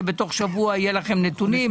שבתוך שבוע יהיו לכם נתונים.